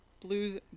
Blues